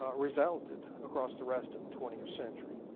ah resounded across the rest of the twentieth century.